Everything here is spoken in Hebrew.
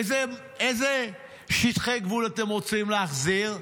איזה שטחי גבול אתם רוצים להחזיר?